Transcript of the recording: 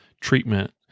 treatment